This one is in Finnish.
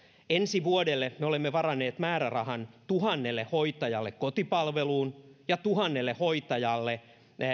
ensi vuodelle me olemme varanneet määrärahan tuhannelle hoitajalle kotipalveluun ja tuhannelle hoitajalle